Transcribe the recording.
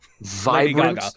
vibrant